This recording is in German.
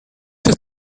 sich